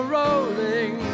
rolling